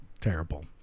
terrible